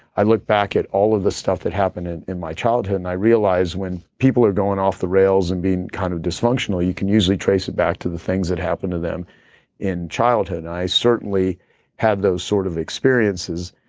i look back at all of the stuff that happened in in my childhood and i realized when people are going off the rails and being kind of dysfunctional, you can usually trace it back to the things that happened to them in childhood i certainly had those sort of experiences.